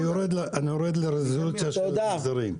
יורד לרזולוציה של הדברים.